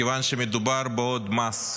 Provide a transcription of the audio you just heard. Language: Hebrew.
מכיוון שמדובר בעוד מס.